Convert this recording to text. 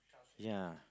ya